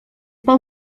pel